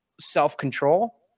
self-control